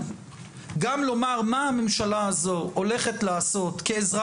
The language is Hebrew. גם לומר מה הממשלה הזו הולכת לעשות כעזרה